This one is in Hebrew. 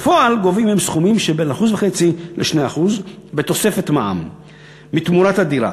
אך בפועל גובים הם סכומים שבין 1.5% ל-2% בתוספת מע"מ מתמורת הדירה,